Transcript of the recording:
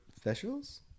specials